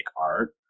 art